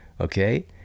okay